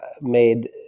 made